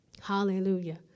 Hallelujah